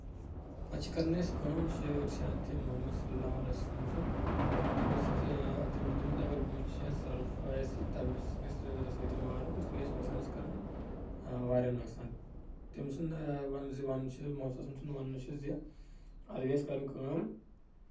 پَتہٕ چھِ کرٕنۍ اَسہِ کٲم یہِ چھُ اِرشاد تہ محمد صلیٰ اللّٰہُ علیہہِ وسلم سُنٛد تٔمِس تٔمۍ چھ دوٚپمُت اَگر بچ یا سۄرُپھ آسہِ تٔمِس گژھِ سۭتی مارُن تِکیازِ یہِ چھ اِسانَس کران واریاہ نۄقصان تٔمۍ سُنٛد زِ وَنُن چھ محمد صلیٰ اللّٰہُ علیہہِ وسلم سُنٛد ونُن چھُ زِ اَتھ گژھِ کرٕنۍ کٲم